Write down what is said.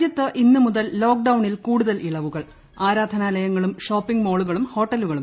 രാജ്യത്ത് ഇന്നുമുതൽ ലോക്ക് ഡൌണിൽ കൂടുതൽ ഇളവുകൾ ആരാധനാലയങ്ങളും ഷോപ്പിംഗ് മാളുകളും ഹോട്ടലുകളും തുറക്കും